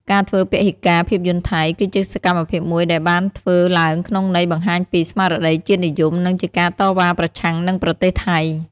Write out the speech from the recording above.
ការធ្វើពហិការភាពយន្តថៃ គឺជាសកម្មភាពមួយដែលបានធ្វើឡើងក្នុងន័យបង្ហាញពី ស្មារតីជាតិនិយម និងជាការតវ៉ាប្រឆាំងនឹងប្រទេសថៃ។